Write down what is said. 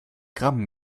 gramm